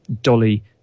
Dolly